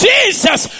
Jesus